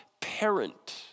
parent